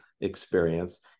experience